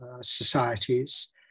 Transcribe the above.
societies